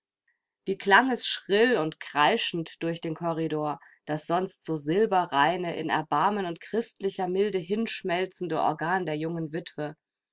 wie klang es schrill und kreischend durch den korridor das sonst so silberreine in erbarmen und christlicher milde hinschmelzende organ der jungen witwe